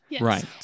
Right